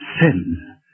sin